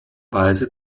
weise